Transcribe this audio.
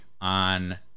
on